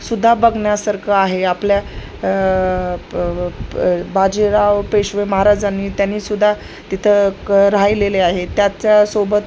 सुुद्धा बघण्यासारखं आहे आपल्या प अ प बाजीराव पेशवे महाराजांनी त्यांनीसुद्धा तिथं क राहिलेले आहे त्याच्यासोबत